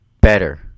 better